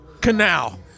Canal